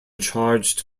charged